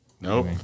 Nope